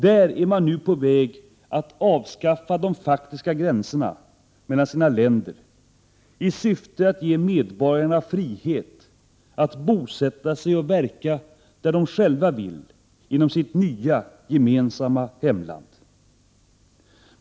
Där är man nu på väg att avskaffa de faktiska gränserna mellan sina länder i syfte att ge medborgarna frihet att bosätta sig och verka där de själva vill inom sitt nya, gemensamma hemland.